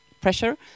pressure